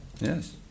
Yes